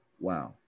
wow